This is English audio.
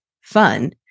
fun